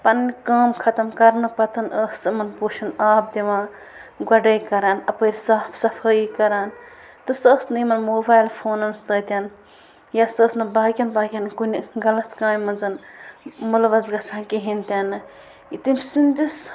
پنٛنٕۍ کٲم ختم کرنہٕ پَتہٕ ٲس سُہ یِمَن پوشَن آب دِوان گُڈٲے کران اَپٲرۍ صاف صفٲیی کران تہٕ سُہ ٲس نہٕ یِمَن موبایِل فونَن سۭتۍ یا سُہ ٲس نہٕ باقِیَن باقِیَن کُنہِ غلط کامہِ منٛز مُلوث گژھان کِہیٖنۍ تِنہٕ تٔمۍ سٕنٛدِس